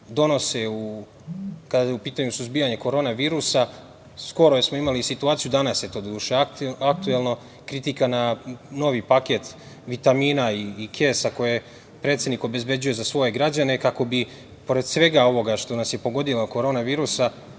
donose kada je u pitanju suzbijanje korona virusa. Skoro smo imali situaciju, danas je to doduše aktuelno, kritika na novi paket vitamina i kesa koje predsednik obezbeđuje za svoje građane kako bi pored svega ovoga što nas je pogodila korona virusa,